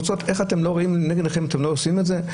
איך אתם לא רואים לנגד עיניכם ואתם לא עושים את זה?